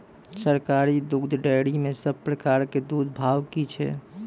सरकारी दुग्धक डेयरी मे सब प्रकारक दूधक भाव की छै?